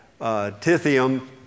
tithium